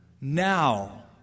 Now